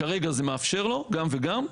כרגע זה מאפשר לו גם וגם.